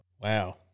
Wow